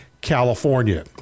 California